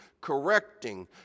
correcting